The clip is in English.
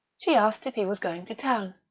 she asked if he was going to town.